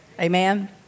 Amen